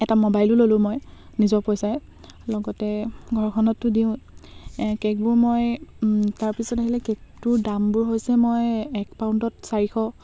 এটা ম'বাইলো ল'লো মই নিজৰ পইচাৰে লগতে ঘৰখনতো দিওঁ কে'কবোৰ মই তাৰপিছত আহিলে কে'কটোৰ দামবোৰ হৈছে মই এক পাউণ্ডত চাৰিশ